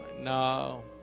no